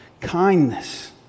kindness